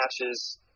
matches